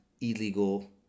illegal